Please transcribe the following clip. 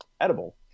edible